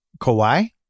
Kawhi